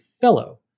Fellow